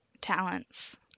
Talents